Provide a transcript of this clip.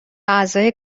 اعضای